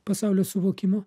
pasaulio suvokimo